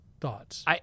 thoughts